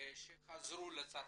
שחזרו לצרפת,